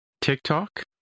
TikTok